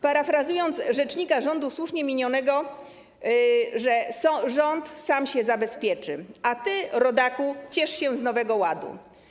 Parafrazując rzecznika rządu słusznie minionego: rząd sam się zabezpieczy, a ty, rodaku, ciesz się z Nowego Ładu.